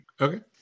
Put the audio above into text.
Okay